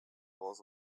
was